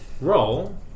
Roll